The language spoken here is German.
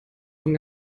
von